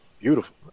beautiful